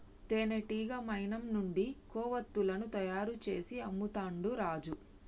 తేనెటీగ మైనం నుండి కొవ్వతులను తయారు చేసి అమ్ముతాండు రాజు